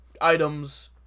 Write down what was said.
Items